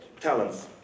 talents